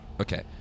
Okay